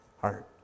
Heart